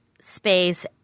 space